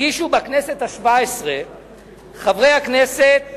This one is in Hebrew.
הגישו בכנסת השבע-עשרה חברי הכנסת